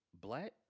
black